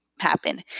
happen